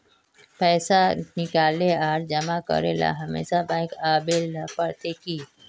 पैसा निकाले आर जमा करेला हमेशा बैंक आबेल पड़ते की?